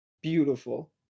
Beautiful